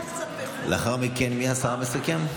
לאחר מכן, מי השר המסכם?